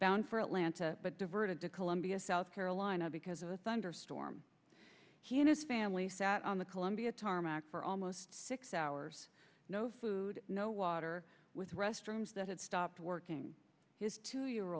bound for atlanta but diverted to columbia south carolina because of a thunderstorm he and his family sat on the columbia tarmac for almost six hours no food no water with restrooms that had stopped working his two year